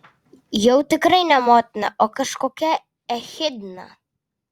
jau tikrai ne motina o kažkokia echidna